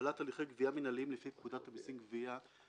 הפעלת הליכי גבייה מינהליים לפי פקודת המסים (גבייה).